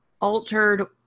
altered